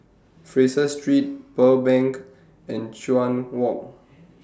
Fraser Street Pearl Bank and Chuan Walk